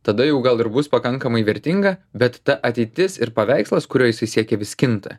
tada jau gal ir bus pakankamai vertinga bet ta ateitis ir paveikslas kurio jisai siekė vis kinta